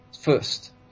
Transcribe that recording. first